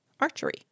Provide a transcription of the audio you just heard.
archery